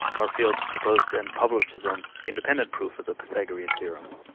garfield proposed and published his own independent proof of the pythagorean theorem.